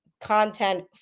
content